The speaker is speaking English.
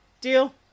Deal